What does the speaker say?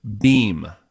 beam